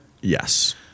Yes